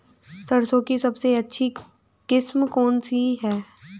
सरसों की सबसे अच्छी किस्म कौन सी है?